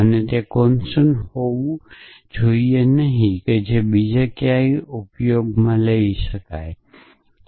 અને તે કોંસ્ટંટ હોવું જોઈએ નહીં જે બીજે ક્યાંય પણ ઉપયોગમાં લેવાય છે